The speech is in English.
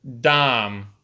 Dom